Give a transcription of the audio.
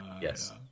yes